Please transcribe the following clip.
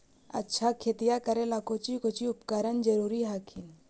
अच्छा खेतिया करे ला कौची कौची उपकरण जरूरी हखिन?